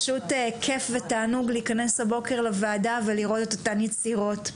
פשוט כיף ותענוג להיכנס הבוקר לוועדה ולראות את אותן יצירות.